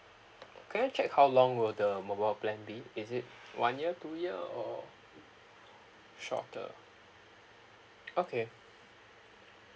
can I check how long will the mobile plan be is it one year two year or shorter okay